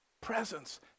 presence